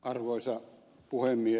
arvoisa puhemies